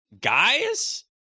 guys